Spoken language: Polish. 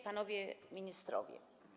Panowie Ministrowie!